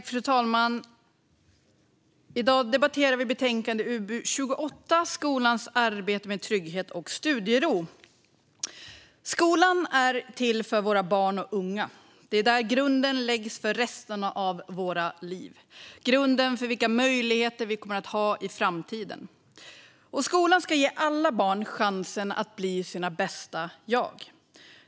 Fru talman! I dag debatterar vi betänkande UbU28 Skolans arbete med trygghet och studiero . Skolan är till för våra barn och unga. Det är där grunden läggs för resten av deras liv - grunden för vilka möjligheter de kommer att ha i framtiden. Skolan ska ge alla barn chansen att bli sina bästa jag.